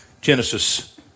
Genesis